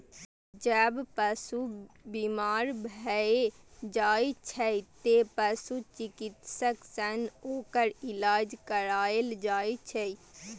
जब पशु बीमार भए जाइ छै, तें पशु चिकित्सक सं ओकर इलाज कराएल जाइ छै